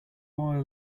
oil